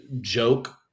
joke